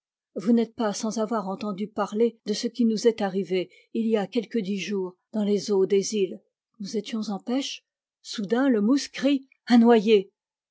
vous n'êtes pas sans avoir entendu parler de ce qui nous est arrivé il y a quelque dix jours dans les eaux des îles nous étions en pêche soudain le mousse crie un noyé